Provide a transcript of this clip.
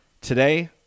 today